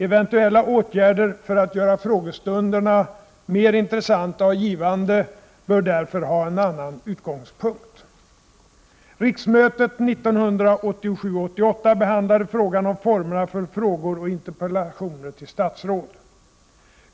Eventuella åtgärder för att göra frågestunderna mer intressanta och givande bör därför ha en annan utgångspunkt. Riksmötet 1987/88 behandlade frågan om formerna för frågor och interpellationer till statsråd.